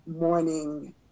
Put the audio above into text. morning